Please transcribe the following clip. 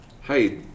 hey